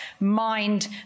mind